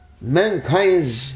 mankind's